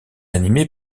animé